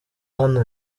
hano